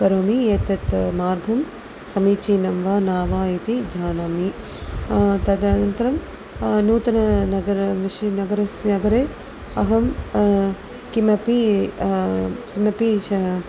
करोमि एतत् मार्गं समीचीनं वा न वा इति जानामि तदनन्तरं नूतननगरं नगरस्य नगरे अहं किमपि किमपि शा